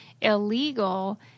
illegal